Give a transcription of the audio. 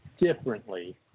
differently